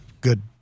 good